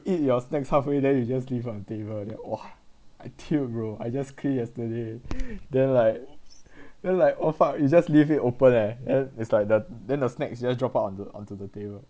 eat your snacks halfway then you just leave on table there !wah! I tilt bro I just cleared yesterday then like then like !wah! fuck you just leave it open eh then is like the then the snacks just drop out onto onto the table